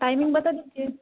timing बता दीजिए